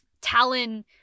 Talon